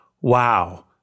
wow